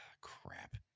Crap